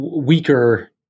weaker